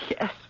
yes